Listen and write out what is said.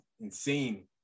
insane